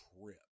trip